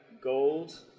Gold